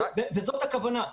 זאת הכוונה.